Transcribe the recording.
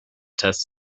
test